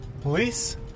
police